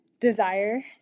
desire